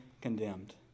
condemned